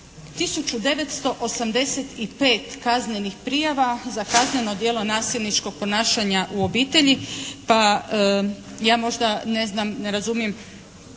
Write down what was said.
985 kaznenih prijava za kazneno djelo nasilničkog ponašanja u obitelji,